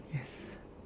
yes